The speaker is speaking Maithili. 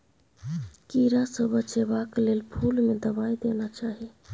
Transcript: कीड़ा सँ बचेबाक लेल फुल में दवाई देना चाही